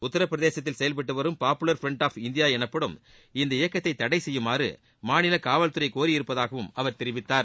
உத்தரப்பிரதேசத்தில் செயல்பட்டு வரும் பாப்புலர் ஃபிராண்ட் ஆஃப் இந்தியா எனப்படும் இந்த இயக்கத்தை தடை செய்யுமாறு மாநில காவல்துறை கோரியிருப்பதாகவும் அவர் தெரிவித்தார்